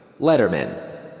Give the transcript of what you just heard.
Letterman